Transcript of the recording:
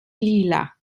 lila